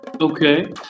Okay